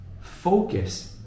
focus